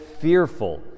fearful